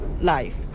life